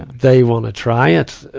they want to try it,